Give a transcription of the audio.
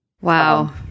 Wow